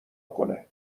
کنه